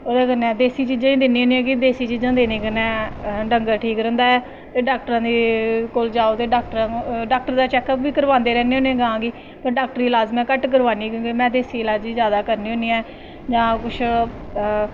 ओह्दे कन्नैं देस्सी चीज़ां दिन्नी होनीं आं कि देस्सी देनें कन्नैं डंगर ठीक रैंह्दी ऐ डाक्टरां कोल जाओ ते डाक्टर दा चैकअप बी करवांदे रैह्नें होनें आं गां गी पर डाक्टरी इलाड़ घट्ट करवानी होनीं आं में देस्सी इलाज़ गै जादा करवानी होनी आं जां कुश